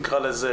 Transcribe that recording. נקרא לזה,